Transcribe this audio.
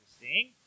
interesting